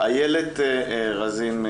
איילת רזין,